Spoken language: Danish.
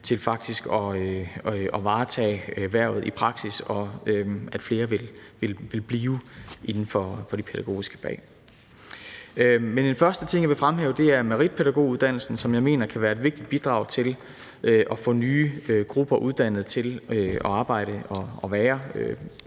til faktisk at varetage erhvervet i praksis, og at flere vil blive inden for de pædagogiske fag. Den første ting, jeg vil fremhæve, er meritpædagoguddannelsen, som jeg mener kan være et vigtigt bidrag til at få nye grupper uddannet til at arbejde som